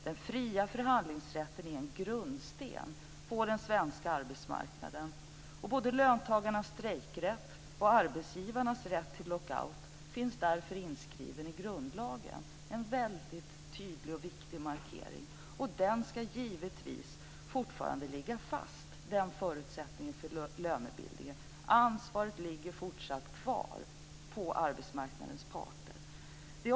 Den fria förhandlingsrätten är en grundsten på den svenska arbetsmarknaden. Både löntagarnas strejkrätt och arbetsgivarnas rätt till lockout finns därför inskrivet i grundlagen. Det är en väldigt tydlig och viktig markering. Den förutsättningen för lönebildningen ska givetvis fortfarande ligga fast. Ansvaret ligger fortsatt kvar på arbetsmarknadens parter.